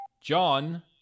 John